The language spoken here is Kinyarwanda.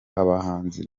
abahanzi